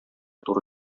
туры